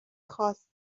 خواست